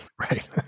Right